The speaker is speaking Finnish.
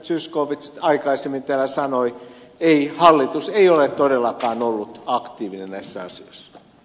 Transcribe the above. zyskowicz aikaisemmin täällä sanoi hallitus ei ole todellakaan ollut aktiivinen näissä asioissa